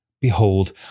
Behold